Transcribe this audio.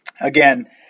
again